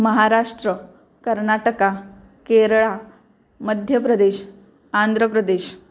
Maharashtra Karnataka Kerala Madhya Pradesh Andhra Pradesh